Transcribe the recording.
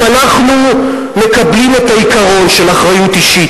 אם אנחנו מקבלים את העיקרון של אחריות אישית,